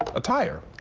a tire.